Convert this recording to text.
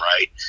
right